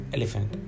Elephant